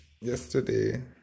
Yesterday